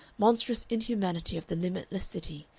monstrous inhumanity of the limitless city,